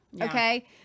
okay